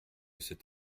cet